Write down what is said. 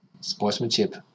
Sportsmanship